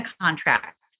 contract